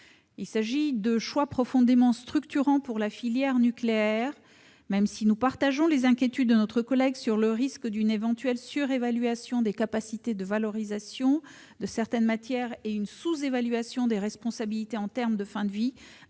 Il s'agit de choix profondément structurants pour la filière nucléaire. Nous partageons les inquiétudes de notre collègue sur le risque d'une éventuelle surévaluation des capacités de valorisation de certaines matières, d'une sous-évaluation des responsabilités en termes de fin de vie